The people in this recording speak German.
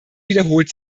wiederholt